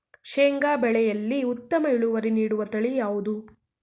ಶೇಂಗಾ ಬೆಳೆಯಲ್ಲಿ ಉತ್ತಮ ಇಳುವರಿ ನೀಡುವ ತಳಿ ಯಾವುದು?